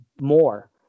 more